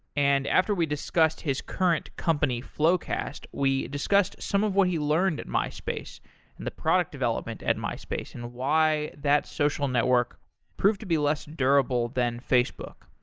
and after we discussed his current company, floqast, we discussed some of what he learned at myspace and the product development at myspace and why that social network proved to be less durable than facebook.